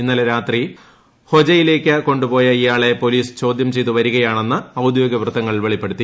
ഇന്നലെ രാത്രി ഹൊജയിലേക്ക് കൊണ്ടുപോയ ഇയാളെ പോലീസ് ചോദ്യം ചെയ്തു വരികയാണെന്ന് ഔദ്യോഗികവൃത്തങ്ങൾ വെളിപ്പെടുത്തി